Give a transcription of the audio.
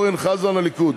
ליכוד, אורן חזן, ליכוד,